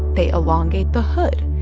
they elongate the hood.